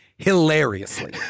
hilariously